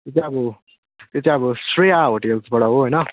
यो चाहिँ अब यो चाहिँ अब श्रेया होटलबाट हो हैन